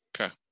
Okay